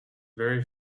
very